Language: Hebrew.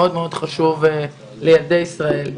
מאוד לילדי ישראל.